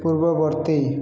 ପୂର୍ବବର୍ତ୍ତୀ